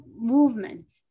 movement